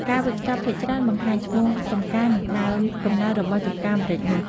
ការវេចខ្ចប់ភាគច្រើនបង្ហាញឈ្មោះចម្ការ និងដើមកំណើតរបស់ចម្ការម្រេចនោះ។